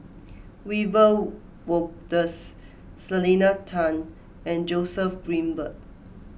Wiebe Wolters Selena Tan and Joseph Grimberg